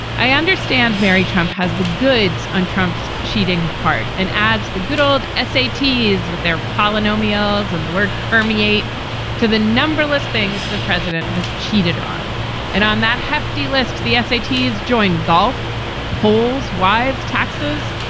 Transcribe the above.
i understand mary trump has the goods on trump's cheating heart and adds the good old s a. ts with their polynomials and the word permeate to the numberless things the president has cheated on and on that hefty list. the essay is join golf pols, wives, taxes,